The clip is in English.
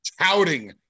touting